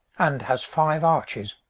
and has five arches.